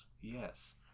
yes